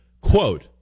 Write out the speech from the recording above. Quote